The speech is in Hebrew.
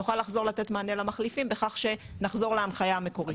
נוכל לחזור לתת מענה למחליפים בכך שנחזור להנחיה המקורית.